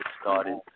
started